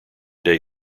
day